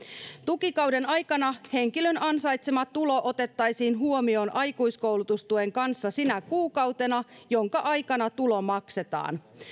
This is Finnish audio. tukikauden aikana henkilön ansaitsema tulo otettaisiin huomioon aikuiskoulutustuen kanssa sinä kuukautena jonka aikana tulo maksetaan